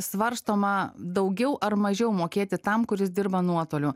svarstoma daugiau ar mažiau mokėti tam kuris dirba nuotoliu